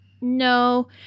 no